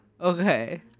Okay